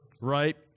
Right